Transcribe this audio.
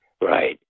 Right